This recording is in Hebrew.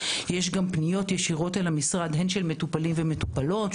יש גם פניות ישירות אל המשרד של מטופלים ומטופלות,